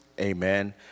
amen